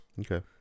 Okay